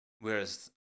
Whereas